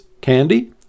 Candy